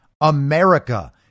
America